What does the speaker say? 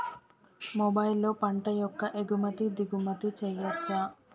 మొబైల్లో పంట యొక్క ఎగుమతి దిగుమతి చెయ్యచ్చా?